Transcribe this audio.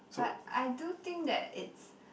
but I do think that it's